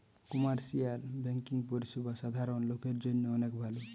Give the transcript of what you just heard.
commercial banking পরিষেবা সাধারণ লোকের জন্য অনেক ভালো